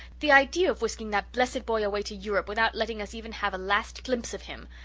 the idea of whisking that blessed boy away to europe without letting us even have a last glimpse of him!